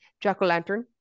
Jack-o'-lantern